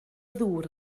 ddŵr